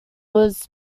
was